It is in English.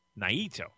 naito